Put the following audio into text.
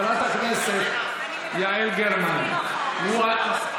חברת הכנסת יעל גרמן, אני מדברת על תזכיר החוק.